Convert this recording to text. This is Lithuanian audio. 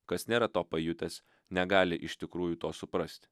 kas nėra to pajutęs negali iš tikrųjų to suprasti